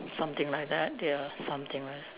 something like that ya something ah